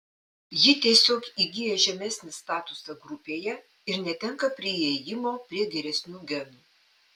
ji tiesiog įgyja žemesnį statusą grupėje ir netenka priėjimo prie geresnių genų